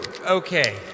Okay